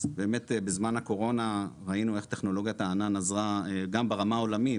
אז באמת בזמן הקורונה ראינו איך טכנולוגית הענן עזרה גם ברמה העולמית,